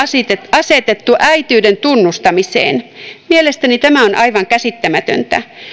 asetettu äitiyden tunnustamiseen mielestäni tämä on aivan käsittämätöntä